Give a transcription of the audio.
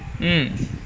mm